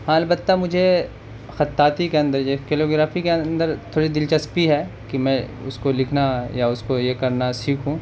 ہاں البتہ مجھے خطاطی کے اندر جو ہے کیلیگرافی کے اندر تھوڑی دلچسپی ہے کہ میں اس کو لکھنا یا اس کو یہ کرنا سیکھوں